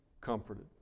comforted